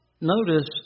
notice